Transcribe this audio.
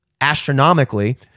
astronomically